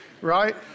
right